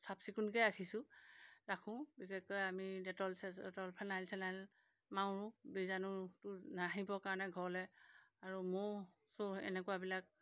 চাফচিকুণকৈ ৰাখিছোঁ ৰাখোঁ বিশেষকৈ আমি ডেটল চেটল ফেনাইল চেনাইল মাৰোঁ বীজাণুটো নাহিবৰ কাৰণে ঘৰলৈ আৰু মোচোঁ এনেকুৱাবিলাক